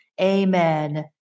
amen